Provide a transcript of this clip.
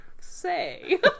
say